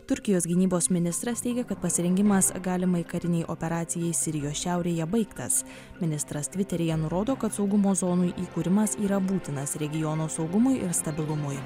turkijos gynybos ministras teigia kad pasirengimas galimai karinei operacijai sirijos šiaurėje baigtas ministras tviteryje nurodo kad saugumo zonų įkūrimas yra būtinas regiono saugumui ir stabilumui